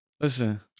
Listen